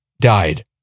died